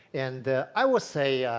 and i will say